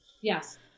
Yes